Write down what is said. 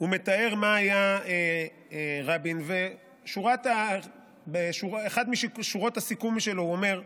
מה היה רבין, ובאחת משורות הסיכום שלו הוא אומר: